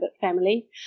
family